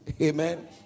Amen